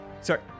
Sorry